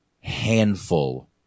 handful